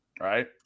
right